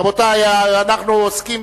רבותי, אנחנו עוסקים